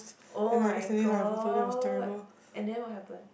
oh-my-god and then what happen